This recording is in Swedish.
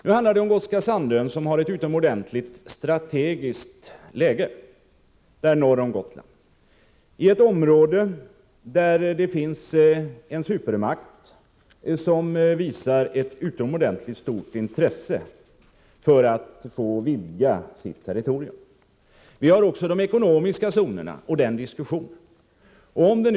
Nu handlar det om Gotska Sandön, som har ett utomordentligt strategiskt läge norr om Gotland i ett område, där det finns en supermakt som visar ett synnerligen stort intresse för att få vidga sitt territorium. Vi har också de ekonomiska zonerna och diskussionen om dem.